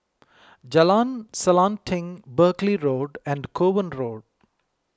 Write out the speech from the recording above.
Jalan Selanting Buckley Road and Kovan Road